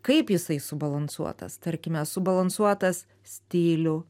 kaip jisai subalansuotas tarkime subalansuotas stilių